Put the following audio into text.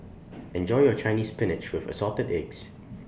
Enjoy your Chinese Spinach with Assorted Eggs